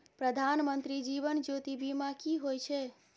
प्रधानमंत्री जीवन ज्योती बीमा की होय छै?